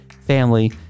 family